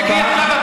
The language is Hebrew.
אם לא תשתקי עכשיו,